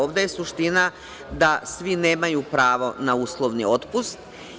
Ovde je suština da svi nemaju pravo na uslovni otpust.